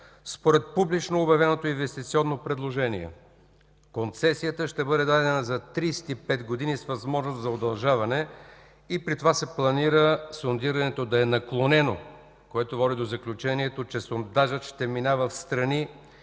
Според публично обявеното инвестиционно предложение концесията ще бъде дадена за 35 години, с възможност за удължаване, и при това се планира сондирането да е наклонено, което води до заключението, че сондажът ще минава встрани